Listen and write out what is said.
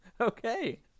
Okay